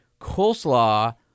coleslaw